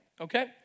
okay